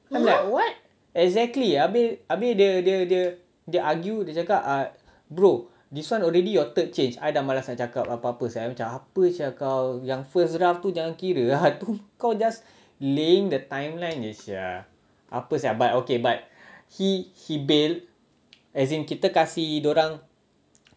I'm like what exactly habis habis dia dia dia dia argue dia cakap bro this [one] already your third change I dah malas nak cakap apa-apa [sial] I macam apa [sial] kau yang first draft tu jangan kira ah tu kau just laying the timeline jer sia apa sia but okay but he he bail as in kita kasi dia orang